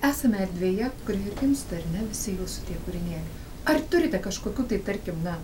esame erdvėje kur ir gimsta ar ne visi jūsų tie kūrinėliai ar turite kažkokių tai tarkim na